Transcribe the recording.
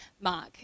mark